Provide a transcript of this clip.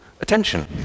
attention